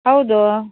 ಹೌದು